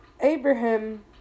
Abraham